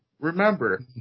remember